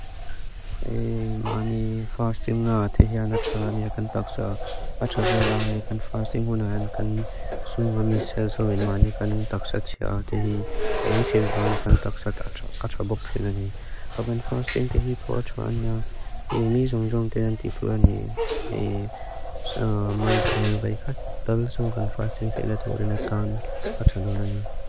I maani fasting na tihia na txaa ni agan taxa. Acha zelai agan fasting hunan kan suungami selso win maani kan taxa txaa tihi. Aichin raun kan taxa taxa bok trinani. Haban fasting tihipo txaa ni ya mi zung zung ten titurani. I maan tayan veikat talsu agan fasting tena turinat taan atsa doonani.